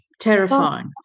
Terrifying